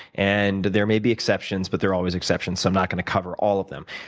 and there may be exceptions but there are always exceptions so i'm not going to cover all of them.